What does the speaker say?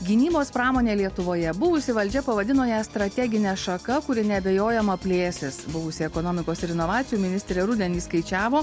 gynybos pramonė lietuvoje buvusi valdžia pavadino ją strategine šaka kuri neabejojama plėsis buvusi ekonomikos ir inovacijų ministrė rudenį skaičiavo